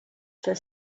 for